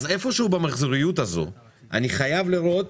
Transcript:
אז איפשהו במחזוריות הזאת, אני חייב לראות